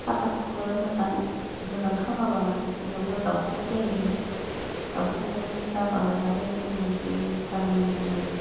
खाथाख'खो मोजां मोजां खामाबा इयावबो दावखुमै जायो दावखुमै जाबालाय आरो जों बे गामिनिनो